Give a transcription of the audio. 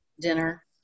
dinner